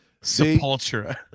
Sepultura